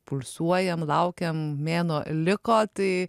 pulsuojam laukiam mėnuo liko tai